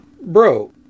Bro